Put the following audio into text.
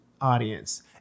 audience